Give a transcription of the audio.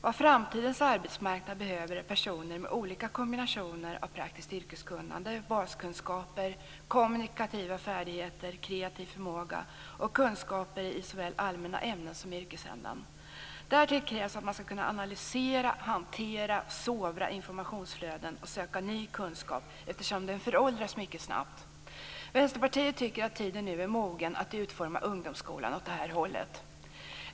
Vad framtidens arbetsmarknad behöver är personer med olika kombinationer av praktiskt yrkeskunnande, baskunskaper, kommunikativa färdigheter, kreativ förmåga och kunskaper i såväl allmänna ämnen som yrkesämnen. Därtill krävs att man skall kunna analysera, hantera och sovra informationsflöden och söka ny kunskap eftersom kunskap föråldras mycket snabbt. Vi i Vänsterpartiet tycker att tiden nu är mogen att utforma ungdomsskolan åt det här hållet.